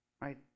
right